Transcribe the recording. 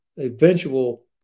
eventual